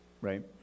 Right